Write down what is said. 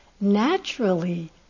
naturally